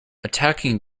attacking